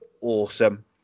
awesome